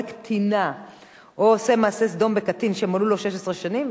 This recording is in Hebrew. קטינה או עושה מעשה סדום בקטין שמלאו להם 16 שנים",